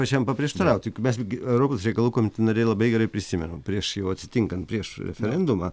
aš jam paprieštarauti juk mes europos reikalų komiteto nariai labai gerai prisimenam prieš jau atsitinkant prieš referendumą